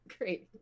great